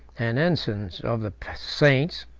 and ensigns of the saints,